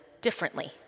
differently